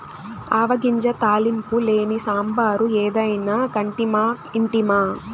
ఆవ గింజ తాలింపు లేని సాంబారు ఏదైనా కంటిమా ఇంటిమా